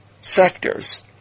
sectors